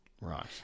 Right